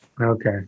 Okay